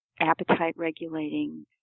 appetite-regulating